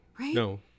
No